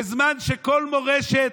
בזמן שכל מורשת,